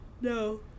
no